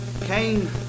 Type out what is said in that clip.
Cain